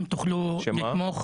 אם תוכלו לתמוך.